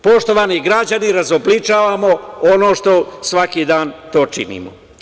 Poštovani građani, razobličavamo ono što svaki dan to činimo.